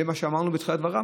ומה שאמרנו בתחילת הדברים,